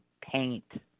paint